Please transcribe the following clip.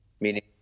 meaning